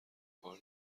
کار